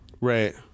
right